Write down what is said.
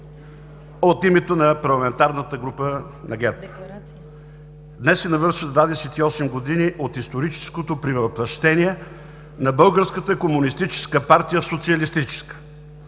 от името на Парламентарната група на ГЕРБ. Днес се навършват 28 години от историческото превъплъщение на Българската комунистическа партия в социалистическа.